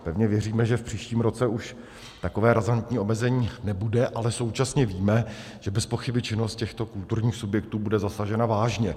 Pevně věříme, že v příštím roce už takové razantní omezení nebude, ale současně víme, že bezpochyby činnost těchto kulturních subjektů bude zasažena vážně.